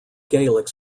gaelic